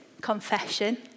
confession